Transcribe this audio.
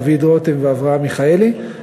דוד רותם ואברהם מיכאלי,